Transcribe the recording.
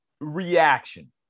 reaction